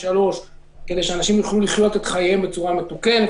3 כדי שאנשים יוכלו לחיות את חייהם בצורה מתוקנת.